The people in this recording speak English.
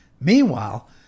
Meanwhile